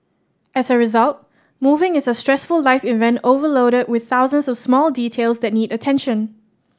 as a result moving is a stressful life event overloaded with thousands of small details that need attention